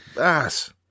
ass